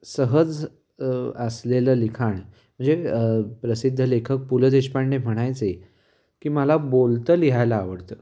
सहज असलेलं लिखाण म्हणजे प्रसिद्ध लेखक पु ल देशपांडे म्हणायचे की मला बोलतं लिहायला आवडतं